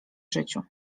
życiu